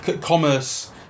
commerce